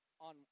on